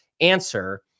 answer